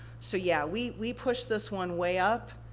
so, yeah, we we pushed this one way up,